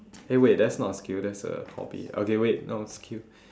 hey wait that's not a skill that's a hobby okay wait no skill